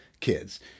kids